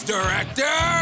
Director